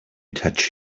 touch